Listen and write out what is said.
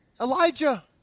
Elijah